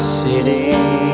city